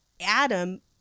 Adam